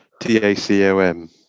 T-A-C-O-M